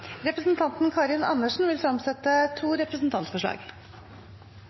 Representanten Karin Andersen vi fremsette to representantforslag.